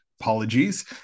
Apologies